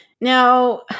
Now